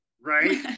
right